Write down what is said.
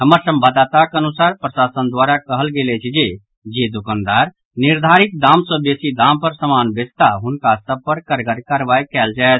हमर संवाददाताक अनुसार प्रशासन द्वारा कहल गेल अछि जे जे दोकानदार निर्धारित दाम सँ बेसी दाम पर सामान बेचताह हुनका सभ पर कड़गर कार्रवाई कयल जायत